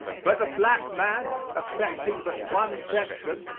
but the black man, affecting but one section,